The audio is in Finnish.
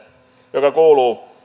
joka kuuluu seuraavasti